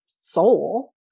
Soul